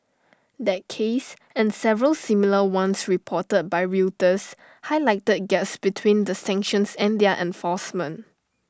that case and several similar ones reported by Reuters Highlighted Gaps between the sanctions and their enforcement